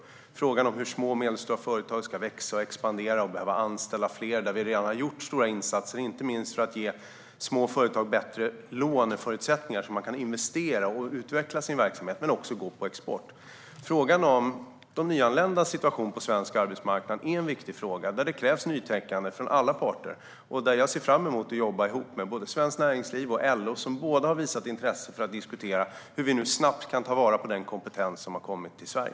När det gäller frågan om hur små och medelstora företag ska växa och expandera och behöva anställa fler har vi redan gjort stora insatser, inte minst för att ge små företag bättre låneförutsättningar, så att de kan investera och utveckla sin verksamhet och även gå på export. Frågan om de nyanländas situation på svensk arbetsmarknad är en viktig fråga där det krävs nytänkande från alla parter. Där ser jag fram emot att jobba ihop med både Svenskt Näringsliv och LO, som båda har visat intresse för att diskutera hur vi nu snabbt kan ta till vara den kompetens som har kommit till Sverige.